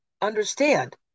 understand